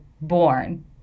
born